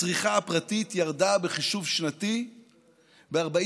הצריכה הפרטית ירדה בחישוב שנתי ב-43.4%.